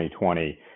2020